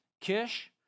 Kish